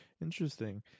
Interesting